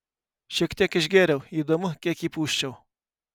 šiek tiek išgėriau įdomu kiek įpūsčiau